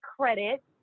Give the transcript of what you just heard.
credit